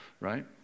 right